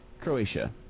Croatia